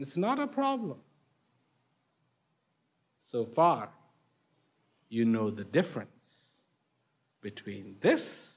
it's not our problem so far you know the difference between this